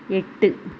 എട്ട്